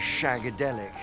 shagadelic